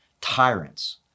Tyrants